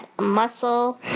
muscle